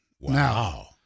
Wow